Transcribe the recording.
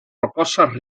rocosas